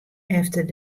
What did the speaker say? efter